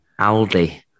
Aldi